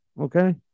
okay